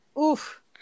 Oof